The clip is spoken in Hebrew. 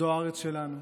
זו הארץ שלנו,